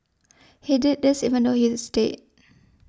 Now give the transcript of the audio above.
he did this even though he is dead